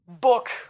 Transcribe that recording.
book